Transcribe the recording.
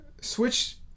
Switch